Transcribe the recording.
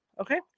Okay